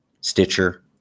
Stitcher